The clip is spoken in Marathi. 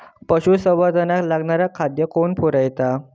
पशुसंवर्धनाक लागणारा खादय कोण पुरयता?